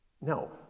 No